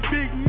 Big